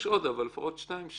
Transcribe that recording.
יש עוד אבל לפחות שתיים,